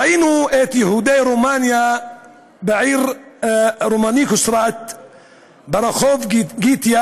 ראינו את יהודי רומניה בעיר רמניקו-סרט ברחוב ג'יטיה